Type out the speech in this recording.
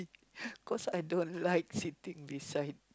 cause I don't like sitting beside